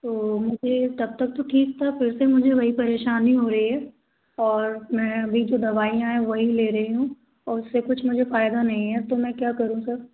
तो मुझे तब तक तो ठीक था पर फिर मुझे वही परेशानी हो रही है और मैं अभी जो दवाइयाँ हैं वही ले रही हूँ और उससे कुछ मुझे फायदा नहीं है तो मैं क्या करूँ सर